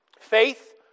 Faith